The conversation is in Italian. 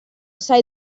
sai